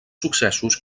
successos